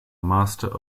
master